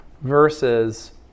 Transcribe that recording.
versus